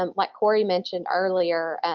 um like corey mentioned earlier,